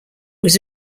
was